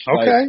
Okay